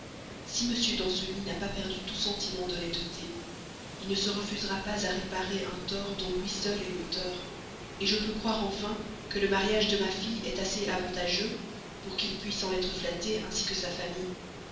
si m danceny n'a pas perdu tout sentiment d'honnêteté il ne se refusera pas à réparer un tort dont lui seul est l'auteur je peux croire enfin que le mariage de ma fille est assez avantageux pour qu'il puisse en être flatté ainsi que sa famille